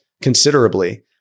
considerably